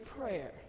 prayer